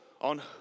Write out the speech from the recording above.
on